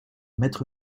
maître